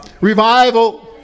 Revival